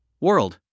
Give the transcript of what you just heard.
world